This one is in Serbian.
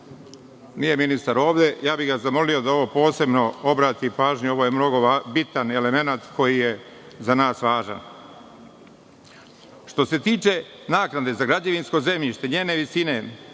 nije ovde, zamolio bih da na ovo posebno obrati pažnju. Ovo je mnogo bitan elemenat koji je za nas važan. Što se tiče naknade za građevinsko zemljište, njene visine,